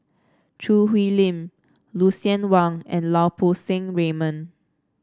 Choo Hwee Lim Lucien Wang and Lau Poo Seng Raymond